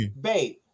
Babe